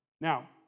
Now